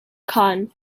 khan